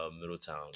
Middletown